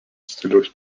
stiliaus